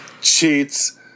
Cheats